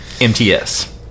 MTS